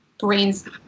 brains